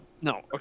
No